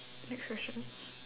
next question